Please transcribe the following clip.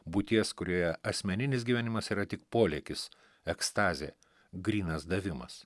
būties kurioje asmeninis gyvenimas yra tik polėkis ekstazė grynas davimas